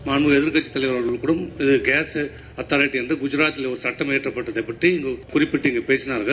மாண்புமிகு எதிர்கட்சித் தலைவர்கூட கேஸ் அத்தாரிட்டி என்று குஜராத்தில் ஒரு சட்டம் இயற்றப்பட்டதைப் பற்றி குறிப்பிட்டு இங்கு பேசினார்கள்